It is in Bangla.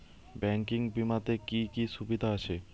ব্যাঙ্কিং বিমাতে কি কি সুবিধা আছে?